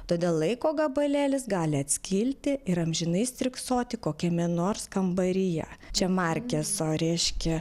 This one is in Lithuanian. todėl laiko gabalėlis gali atskilti ir amžinai stirksoti kokiame nors kambaryje čia markeso reiškia